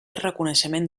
reconeixement